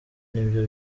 nibyo